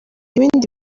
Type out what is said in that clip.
ibindi